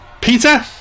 Peter